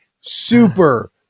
Super